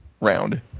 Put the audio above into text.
round